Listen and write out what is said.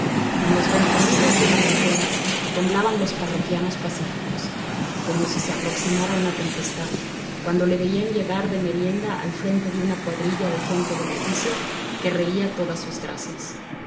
en los ventorrillos de las afueras temblaban los parroquianos pacíficos como si se aproximara una tempestad cuando le veían llegar de merienda al frente de una cuadrilla de gente del oficio que reía todas sus gracias